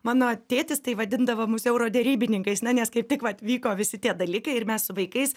mano tėtis tai vadindavo mus euro derybininkais na nes kaip tik vat vyko visi tie dalykai ir mes su vaikais